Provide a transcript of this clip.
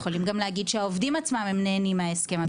יכולים גם להגיד שהעובדים עצמם הם נהנים מההסכם הבילטרלי.